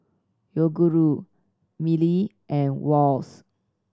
Yoguru Mili and Wall's